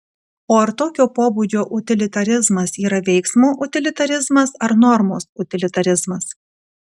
o ar tokio pobūdžio utilitarizmas yra veiksmo utilitarizmas ar normos utilitarizmas